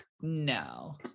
No